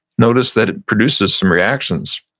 notice that it produces some reactions,